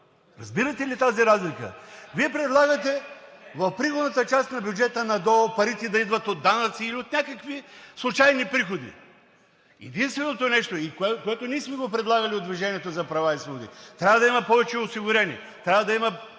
Разбирате ли тази разлика? Вие предлагате в приходната част на бюджета на ДОО парите да идват от данъци или от някакви случайни приходи. Единственото нещо, и което ние сме го предлагали от „Движението за права и свободи“, трябва да има повече осигурени, трябва да има